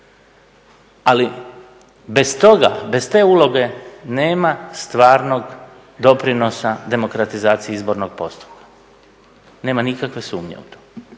Ali bez toga, bez te uloge nema stvarnog doprinosa demokratizaciji izbornog postupka. Nema nikakve sumnje u to.